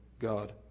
God